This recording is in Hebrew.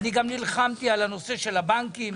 נלחמתי על הנושא של הבנקים,